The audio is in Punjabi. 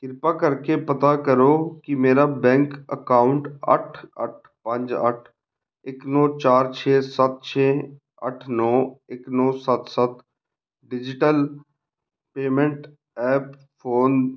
ਕਿਰਪਾ ਕਰਕੇ ਪਤਾ ਕਰੋ ਕਿ ਮੇਰਾ ਬੈਂਕ ਅਕਾਊਂਟ ਅੱਠ ਅੱਠ ਪੰਜ ਅੱਠ ਇੱਕ ਨੌ ਚਾਰ ਛੇ ਸੱਤ ਛੇ ਅੱਠ ਨੌ ਇੱਕ ਨੌ ਸੱਤ ਸੱਤ ਡਿਜਿਟਲ ਪੇਮੈਂਟ ਐਪ ਫੋਨ